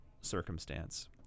circumstance